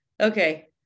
Okay